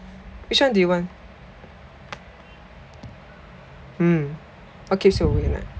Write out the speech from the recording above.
which one do you want hmm what keeps you awake at night